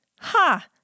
Ha